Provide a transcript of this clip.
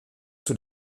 zur